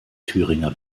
thüringer